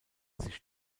sich